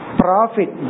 profit